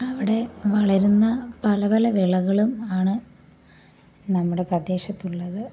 അവിടെ വളരുന്ന പല പല വിളകളും ആണ് നമ്മുടെ പ്രദേശത്തുള്ളത്